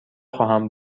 خواهم